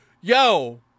yo